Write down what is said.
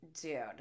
dude